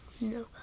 No